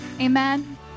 amen